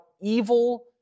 evil